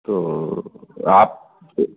तो आप